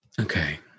Okay